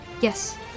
Yes